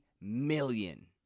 million